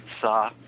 saw